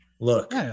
Look